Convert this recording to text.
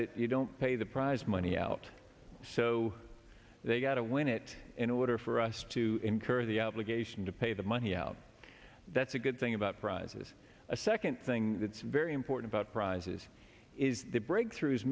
it you don't pay the prize money out so they've got to win it in order for us to incur the obligation to pay the money out that's a good thing about prizes a second thing that's very important about prizes is the breakthroughs